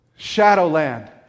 Shadowland